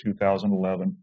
2011